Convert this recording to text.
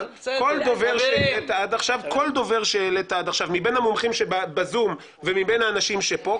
עד עכשיו מבין המומחים שבזום ומבין האנשים שפה,